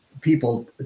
people